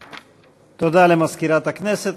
תודה למזכירת הכנסת.